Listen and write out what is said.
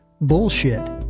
bullshit